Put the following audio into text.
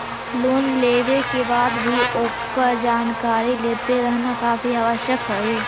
loan लेवे के बाद भी ओकर जानकारी लेते रहना काफी आवश्यक हइ